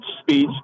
speech